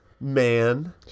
man